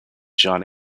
john